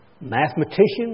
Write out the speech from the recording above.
mathematicians